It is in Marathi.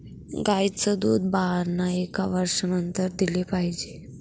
गाईचं दूध बाळांना एका वर्षानंतर दिले पाहिजे